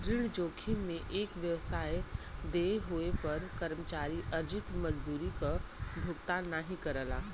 ऋण जोखिम में एक व्यवसाय देय होये पर कर्मचारी अर्जित मजदूरी क भुगतान नाहीं करला